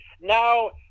now